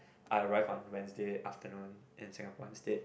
I arrived on Wednesday afternoon in Singapore instead